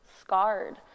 scarred